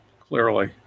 clearly